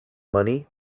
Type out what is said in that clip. money